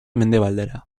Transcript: mendebaldera